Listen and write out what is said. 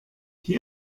die